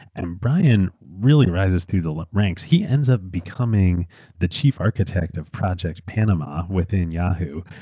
and brian really rises through the ranks. he ends up becoming the chief architect of project panama within yahoo,